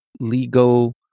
legal